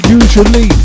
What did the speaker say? usually